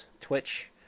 twitch